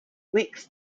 wickes